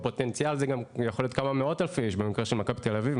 בפוטנציאל זה גם יכול להיות כמה מאות אלפי איש במקרה של מכבי תל אביב,